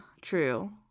True